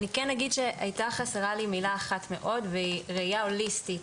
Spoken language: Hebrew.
אני כן אגיד שהייתה חסרה לי מילה אחת מאוד והיא ראייה הוליסטית,